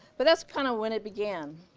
but that's kinda when it began.